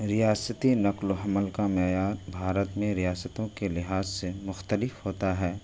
ریاستی نقل و حمل کا معیت بھارت میں ریاستوں کے لحاظ سے مختلف ہوتا ہے